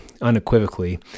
unequivocally